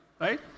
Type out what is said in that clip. right